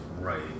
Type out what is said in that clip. right